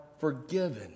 forgiven